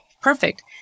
perfect